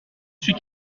suis